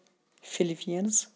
Philippines